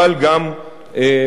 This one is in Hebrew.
אבל גם לצאת